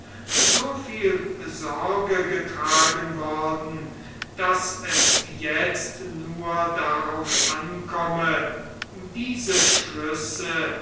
so viel sorge getragen worden daß es jetzt nur darauf ankomme diese schlüsse